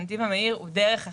הנתיב המהיר הוא דרך אחת,